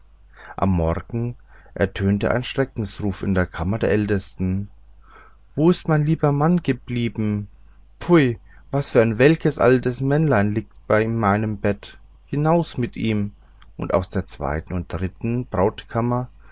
am morgen ertönte ein schreckensruf in der kammer der ältesten wo ist mein lieber mann geblieben pfui was für ein welkes altes männchen liegt in meinem bette hinaus mit ihm und aus der zweiten und dritten